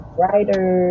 writer